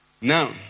Now